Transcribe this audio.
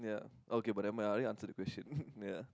yeah okay but never mind I already answer the question ya